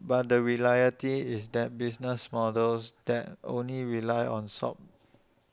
but the reality is that business models that only rely on sob